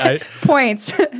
Points